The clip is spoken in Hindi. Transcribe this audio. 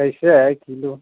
कैसे है एक किलो